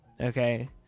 Okay